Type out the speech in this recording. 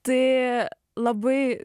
tai labai